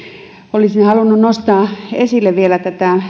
olisin halunnut nostaa esille vielä